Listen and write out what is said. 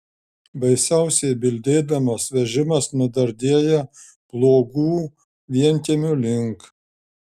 baisiausiai bildėdamas vežimas nudardėjo pluogų vienkiemio link